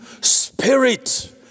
spirit